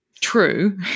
true